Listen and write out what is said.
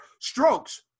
strokes